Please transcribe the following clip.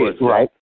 right